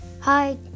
Hi